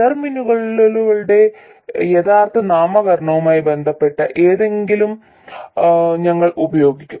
ടെർമിനലുകളുടെ യഥാർത്ഥ നാമകരണവുമായി ബന്ധപ്പെട്ട എന്തെങ്കിലും ഞങ്ങൾ ഉപയോഗിക്കും